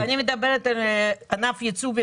אני מדברת על ענף ייצוא.